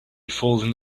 fallen